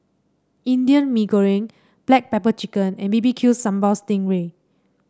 Indian Mee Goreng Black Pepper Chicken and B B Q Sambal Sting Ray